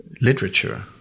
literature